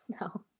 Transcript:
No